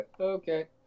okay